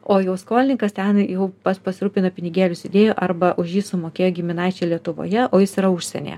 o jau skolininkas ten jau pats pasirūpino pinigėlius įdėjo arba už jį sumokėjo giminaičiai lietuvoje o jis yra užsienyje